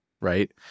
right